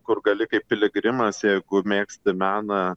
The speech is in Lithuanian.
kur gali kaip piligrimas jeigu mėgsti meną